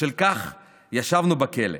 בשל כך ישבנו בכלא.